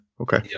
okay